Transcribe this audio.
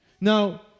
Now